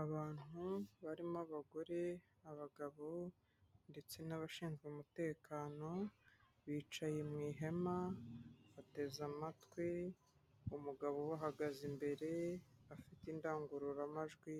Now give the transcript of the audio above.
Abantu barimo abagore, abagabo ndetse n'abashinzwe umutekano, bicaye mu ihema, bateze amatwi umugabo ubahagaze imbere, afite indangururamajwi